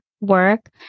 work